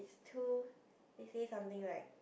is too they say something like